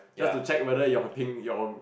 just to check whether your thing your